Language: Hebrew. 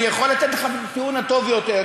אני יכול לתת לך את הטיעון הטוב ביותר,